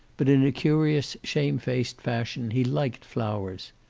but in a curious shame-faced fashion he liked flowers.